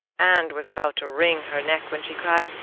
and was about to wring her neck when she cried,